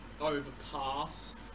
overpass